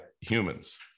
humans